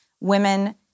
Women